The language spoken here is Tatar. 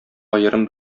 аерым